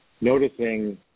Noticing